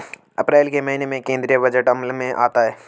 अप्रैल के महीने में केंद्रीय बजट अमल में आता है